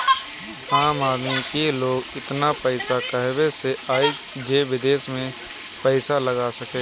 आम आदमी की लगे एतना पईसा कहवा से आई जे विदेश में पईसा लगा सके